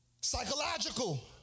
Psychological